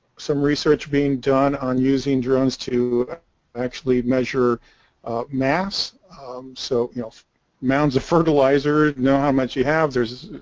some research being done on using drones to actually measure mass so you know mounds of fertilizer know how much you have theirs